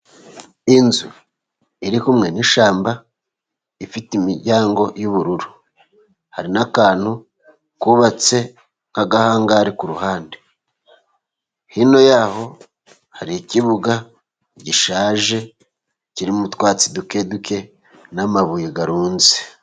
Inzu iri kumwe n'ishyamba ifite imiryango y'ubururu hari n'akantu kubatse nk'agahangari ku ruhande, hino yaho hari ikibuga gishaje kirimo utwatsi duke duke n'amabuye arunze.